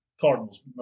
Cardinals